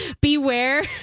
beware